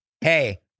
hey